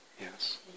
yes